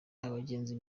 abagenzi